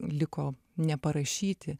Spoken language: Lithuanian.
liko neparašyti